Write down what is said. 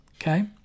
Okay